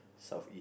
South East